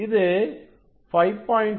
இது 5